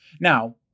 Now